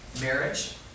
marriage